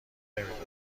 نمیدونند